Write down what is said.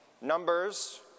numbers